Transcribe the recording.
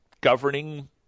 governing